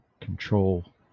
control